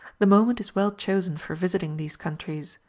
the moment is well chosen for visiting these countries.